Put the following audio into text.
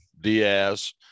Diaz